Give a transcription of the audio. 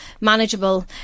manageable